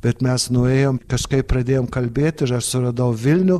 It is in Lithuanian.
bet mes nuėjom kažkaip pradėjom kalbėt ir aš suradau vilnių